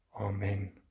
Amen